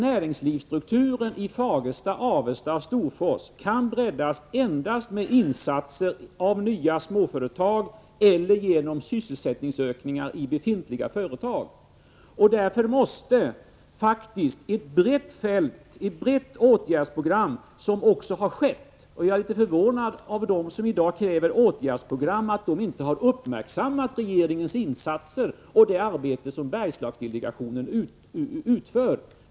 Näringslivsstrukturen i Fagersta, Avesta och Storfors kan räddas endast med insatser av nya småföretag eller genom sysselsättningsökningar i befintliga företag — och därför måste det faktiskt till ett brett åtgärdsprogram, vilket vi också har fått. Jag är litet förvånad över att de som i dag kräver åtgärdsprogram inte har uppmärksammat regeringens insatser och det arbete som Bergslagsdelegationen utför.